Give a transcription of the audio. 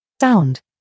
Sound